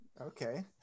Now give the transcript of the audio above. okay